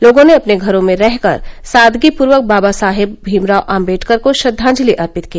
लोगों ने अपने घरों में रह कर सादगीपूर्वक बाबा साहेब भीमराव आम्बेडकर को श्रद्वांजलि अर्पित की